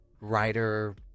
writer